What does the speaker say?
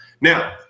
Now